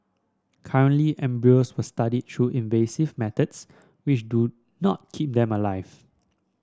currently embryos were studied through invasive methods which do not keep them alive